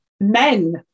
men